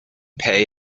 pay